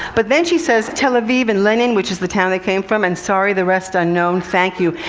but then she says tel aviv and lenin, which is the town they came from, and, sorry, the rest unknown, thank you.